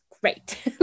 great